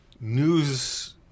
news